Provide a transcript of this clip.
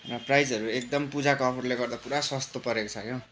र प्राइसहरू एकदम पूजाको अफरले गर्दा पुरा सस्तो परेको छ यो